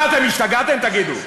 מה, אתם השתגעתם, תגידו?